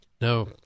No